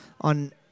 on